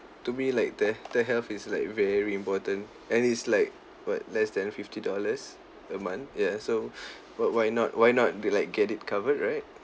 to me like their their health is like very important and it's like what less than fifty dollars a month ya so wh~ why not why not be like get it covered right